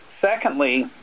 Secondly